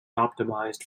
optimized